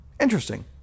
interesting